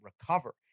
recover